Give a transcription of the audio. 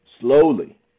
slowly